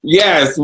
yes